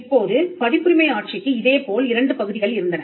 இப்போது பதிப்புரிமை ஆட்சிக்கு இதேபோல் இரண்டு பகுதிகள் இருந்தன